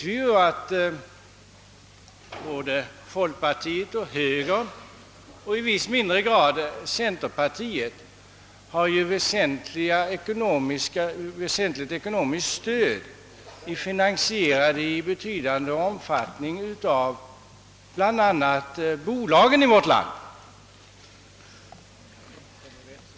Vi vet att både folkpartiet och högern och i viss mån även centerpartiet får ett väsentligt ekonomiskt stöd av bl.a. bolagen i vårt land.